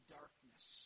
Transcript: darkness